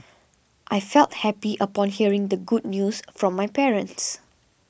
I felt happy upon hearing the good news from my parents